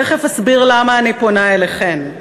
תכף אסביר למה אני פונה אליכן,